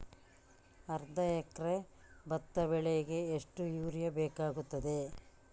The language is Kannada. ಅರ್ಧ ಎಕರೆ ಭತ್ತ ಬೆಳೆಗೆ ಎಷ್ಟು ಯೂರಿಯಾ ಬೇಕಾಗುತ್ತದೆ?